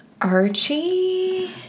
Archie